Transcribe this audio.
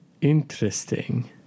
Interesting